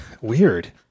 Weird